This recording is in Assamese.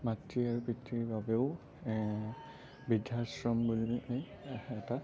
মাতৃ আৰু পিতৃৰ বাবেও বৃদ্ধাশ্ৰম বুলি এটা